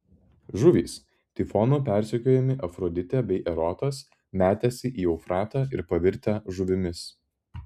žuvys tifono persekiojami afroditė bei erotas metęsi į eufratą ir pavirtę žuvimis